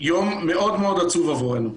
יום מאוד מאוד עצוב עבורנו.